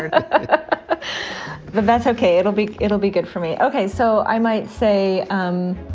and ah but that's okay it'll be it'll be good for me. okay. so i might say, um